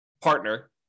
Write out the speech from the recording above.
partner